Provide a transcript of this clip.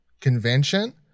convention